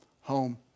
home